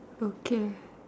okay